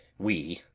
we,